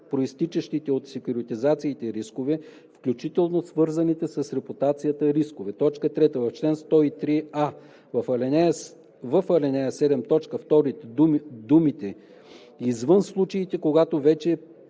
произтичащите от секюритизациите рискове, включително свързаните с репутацията рискове.“ 3. В чл. 103: а) в ал. 7, т. 2 думите „извън случаите когато вече